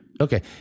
Okay